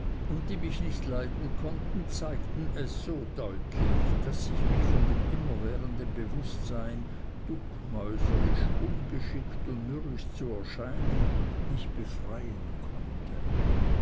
und die mich nicht leiden konnten zeigten es so deutlich daß ich mich von dem immerwährenden bewußtsein duckmäuserisch ungeschickt und mürrisch zu erscheinen nicht befreien konnte